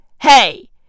hey